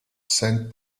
saint